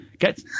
Get